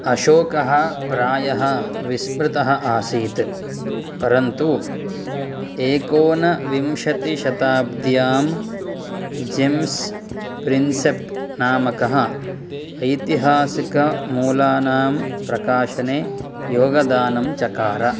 अशोकः प्रायः विस्मृतः आसीत् परन्तु एकोनविंशत्यां शताब्द्यां जेम्स् प्रिन्सेप् नामकः ऐतिहासिकमूलानां प्रकाशने योगदानं चकार